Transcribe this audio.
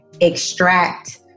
extract